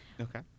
okay